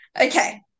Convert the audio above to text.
Okay